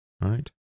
Right